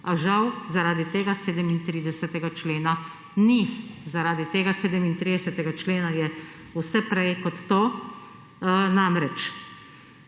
A žal zaradi tega 37. člena ni, zaradi tega 37. člena je vse prej kot to. Namreč,